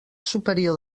superior